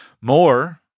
more